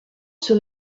sur